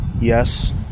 Yes